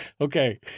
Okay